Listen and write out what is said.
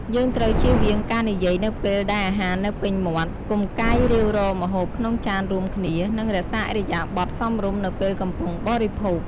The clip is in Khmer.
យើងត្រូវជៀសវាងការនិយាយនៅពេលដែលអាហារនៅពេញមាត់ កុំកាយរាវរកម្ហូបក្នុងចានរួមគ្នា និងរក្សាឥរិយាបថសមរម្យនៅពេលកំពុងបរិភោគ។។